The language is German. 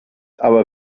aber